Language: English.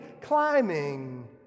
climbing